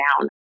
down